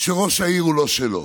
שראש העיר הוא לא שלו.